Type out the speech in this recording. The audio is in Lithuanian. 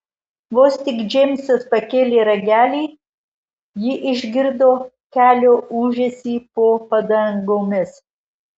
vos tik džeimsas pakėlė ragelį ji išgirdo kelio ūžesį po padangomis